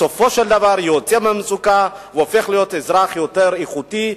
בסופו של דבר הוא יוצא מהמצוקה והופך להיות אזרח יותר איכותי,